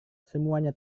semuanya